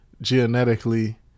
genetically